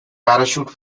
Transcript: parachute